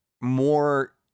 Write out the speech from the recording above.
more